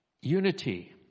Unity